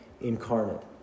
incarnate